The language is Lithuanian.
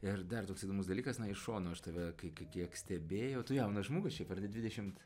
ir dar toks įdomus dalykas na iš šono aš tave kai kai kiek stebėjau tu jaunas žmogus šiaip ar ne dvidešimt